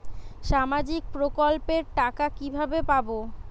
সামাজিক প্রকল্পের টাকা কিভাবে পাব?